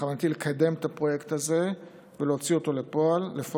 בכוונתי לקדם את הפרויקט הזה ולהוציא אותו אל הפועל